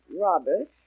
Robert